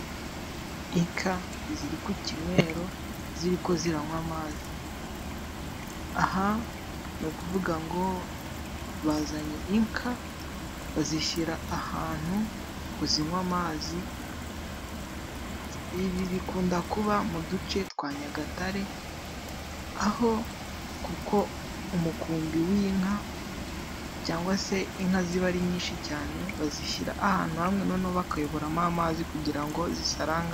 Inka ziri ku kinywero ziri ko ziranywa amazi. Aha ni ukuvuga ngo bazanye inka bazishyira ahantu ngo zinywe amazi. Ibi bikunda kuba mu duce twa Nyagatare kuko umukumbi w'inka cyangwa se inka ziba ari nyinshi cyane bazishyira ahantu hamwe noneho bakayoboramo amazi kugira ngo zisaranganye.